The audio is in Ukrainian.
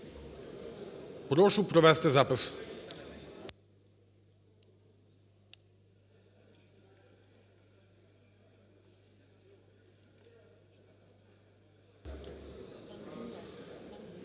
Прошу провести запис.